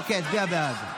אוקיי, נצביע בעד.